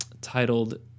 titled